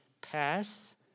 pass